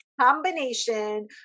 combination